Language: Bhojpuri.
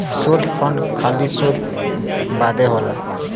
शोध फंड खाली शोध बदे होला